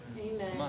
Amen